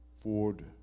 Ford